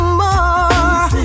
more